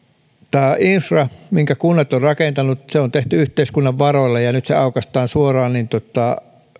tämä infra minkä kunnat ovat rakentaneet on tehty yhteiskunnan varoilla ja ja nyt se aukaistaan suoraan